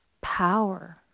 power